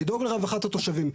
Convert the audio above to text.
לדאוג לרווחת התושבים,